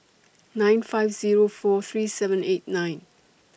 nine five Zero four three seven eight nine